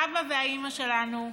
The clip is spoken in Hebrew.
האבא והאימא שלנו,